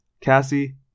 Cassie